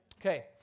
Okay